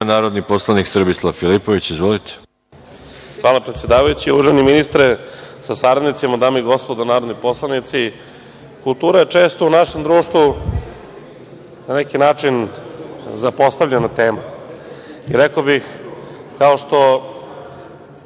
narodni poslanik, Srbislav Filipović. **Srbislav Filipović** Hvala, predsedavajući. Uvaženi ministre sa saradnicima, dame i gospodo narodni poslanici, kultura je često u našem društvu na neki način zapostavljena tema i rekao bih, kao što